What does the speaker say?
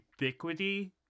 ubiquity